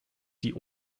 die